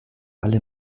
alle